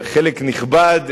חלק נכבד,